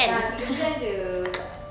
ah tiga bulan jer